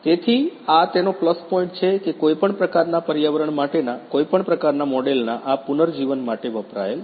તેથી આ તેનો પ્લસ પોઇન્ટ છે કે કોઈપણ પ્રકારનાં પર્યાવરણ માટેનાં કોઈપણ પ્રકારનાં મોડેલના આ પુનર્જીવન માટે વપરાયેલ છે